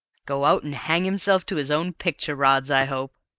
go out and hang himself to his own picture-rods, i hope!